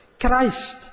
Christ